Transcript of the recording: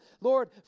Lord